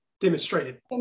Demonstrated